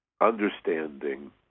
understanding